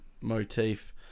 motif